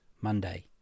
Monday